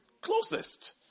Closest